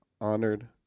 honored